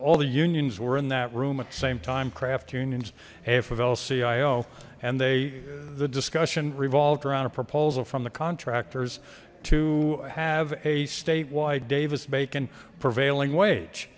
all the unions were in that room at the same time craft unions af of l cio and they the discussion revolved around a proposal from the contractors to have a statewide davis bacon prevailing wage